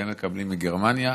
והם מקבלים מגרמניה.